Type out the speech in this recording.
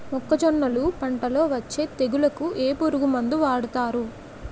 మొక్కజొన్నలు పంట లొ వచ్చే తెగులకి ఏ పురుగు మందు వాడతారు?